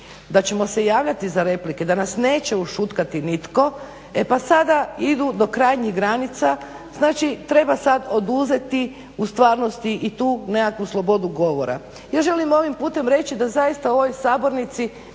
da ćemo se javljati za replike, da nas neće ušutkati nitko e pa sada idu do krajnjih granica, znači treba sad oduzeti u stvarnosti i tu nekakvu slobodu govora. Ja želim ovim putem reći da zaista u ovoj sabornici